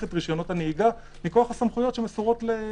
את רשיונות הנהיגה מכוח הסמכויות שנתונות.